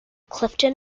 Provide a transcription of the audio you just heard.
clifton